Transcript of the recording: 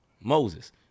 Moses